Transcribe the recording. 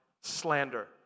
Slander